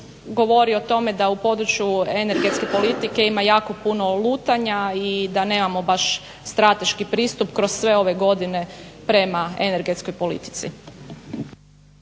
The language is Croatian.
govori o tome da u području energetske politike ima jako puno lutanja i da nemamo baš strateški pristup kroz sve ove godine prema energetskoj politici.